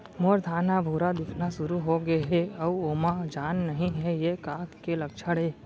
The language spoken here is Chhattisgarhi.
मोर धान ह भूरा दिखना शुरू होगे हे अऊ ओमा जान नही हे ये का के लक्षण ये?